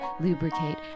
lubricate